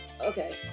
okay